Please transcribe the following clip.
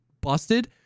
busted